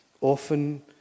Often